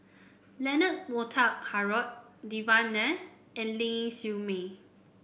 Leonard Montague Harrod Devan Nair and Ling Siew May